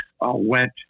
went